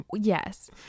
yes